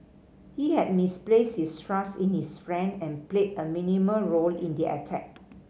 he had misplaced his trust in his friend and played a minimal role in the attack